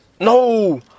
No